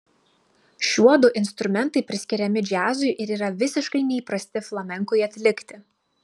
šiuodu instrumentai priskiriami džiazui ir yra visiškai neįprasti flamenkui atlikti